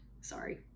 sorry